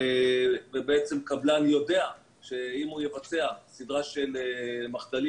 ובעצם קבלן יודע שאם הוא יבצע סדרה של מחדלים